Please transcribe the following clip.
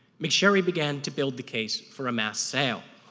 mcsherry began to build the case for a mass sale,